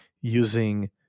using